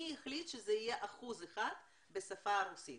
מי החליט שזה יהיה 1% בשפה הרוסית?